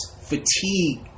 fatigue